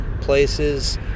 places